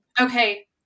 Okay